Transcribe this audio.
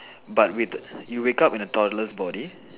but with you wake up in a toddler's body